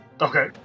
Okay